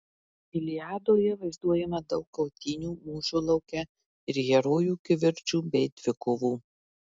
iliadoje vaizduojama daug kautynių mūšio lauke ir herojų kivirčų bei dvikovų